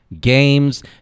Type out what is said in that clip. games